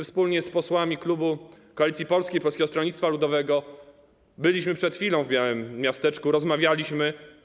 Wspólnie z posłami klubu Koalicji Polskiej - Polskiego Stronnictwa Ludowego byliśmy przed chwilą w białym miasteczku, rozmawialiśmy.